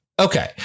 Okay